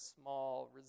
small